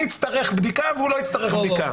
אני אצטרך בדיקה והוא לא יצטרך בדיקה.